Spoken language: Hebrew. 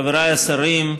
חבריי השרים,